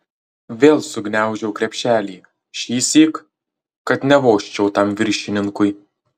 vėl sugniaužiau krepšelį šįsyk kad nevožčiau tam viršininkui